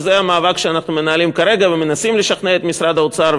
וזה המאבק שאנחנו מנהלים כרגע ומנסים לשכנע את משרד האוצר,